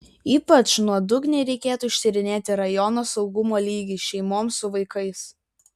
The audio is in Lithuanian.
ypač nuodugniai reikėtų ištyrinėti rajono saugumo lygį šeimoms su vaikais